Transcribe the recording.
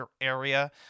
area